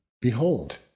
Behold